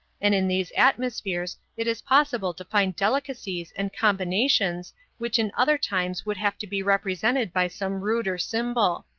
and in these atmospheres it is possible to find delicacies and combinations which in other times would have to be represented by some ruder symbol.